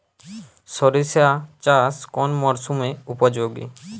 সরিষা চাষ কোন মরশুমে উপযোগী?